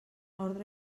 ordre